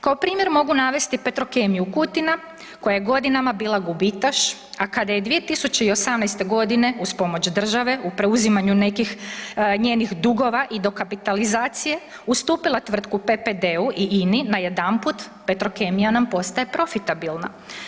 Kao primjer mogu navesti Petrokemiju Kutina koja je godinama bila gubitaš, a kada je 2018. godine uz pomoć države u preuzimanju nekih njenih dugova i dokapitalizacije ustupila PPD-u i INI na jedanput Petrokemija nam postaje profitabilna.